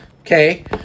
Okay